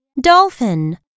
Dolphin